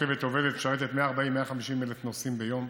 והרכבת עובדת, משרתת 140,000 150,000 נוסעים ביום,